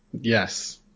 Yes